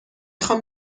خوام